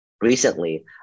recently